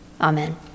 Amen